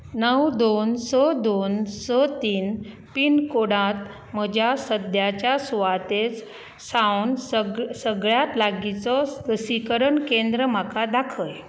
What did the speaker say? णव दोन स दोन स तीन पिनकोडांत म्हज्या सद्याच्या सुवाते सावन सगळ्यांत लागींचो लसीकरण केंद्र म्हाका दाखय